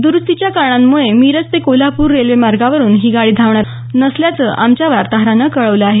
दुरुस्तीच्या कारणांमुळं मिरज ते कोल्हापूर रेल्वे मार्गावरुन ही गाडी धावणार नसल्याचं आमच्या वार्ताहरानं कळवलं आहे